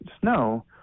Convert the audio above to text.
snow